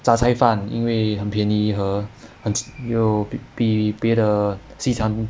杂菜饭因为很便宜和很 有比比别的西餐